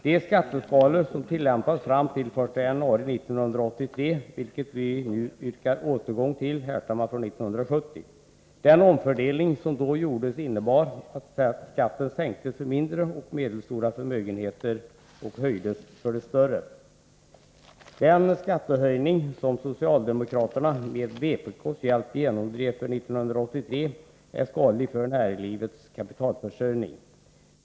De skatteskalor som tillämpats fram till den 1 januari 1983, vilka vi nu yrkar återgång till, härstammar från 1970. Den omfördelning som då gjordes innebar att skatten sänktes för mindre och medelstora förmögenheter och höjdes för större. Den skattehöjning som socialdemokraterna med vpk:s hjälp genomdrev för 1983 är skadlig för näringslivets kapitalförsörjning.